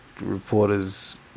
reporters